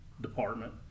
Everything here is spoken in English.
department